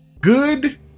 good